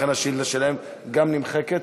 לכן השאילתה שלו גם היא נמחקת.